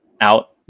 out